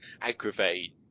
aggravate